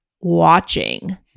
watching